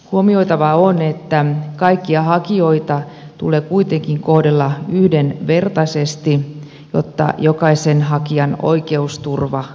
huomioitavaa on että kaikkia hakijoita tulee kuitenkin kohdella yhdenvertaisesti jotta jokaisen hakijan oikeusturva toteutuu